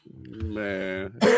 Man